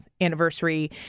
anniversary